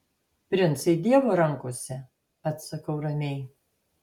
princai dievo rankose atsakau ramiai